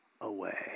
away